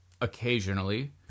occasionally